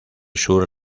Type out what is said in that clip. sur